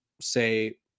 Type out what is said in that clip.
say